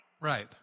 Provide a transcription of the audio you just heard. Right